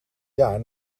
jaar